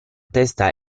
testa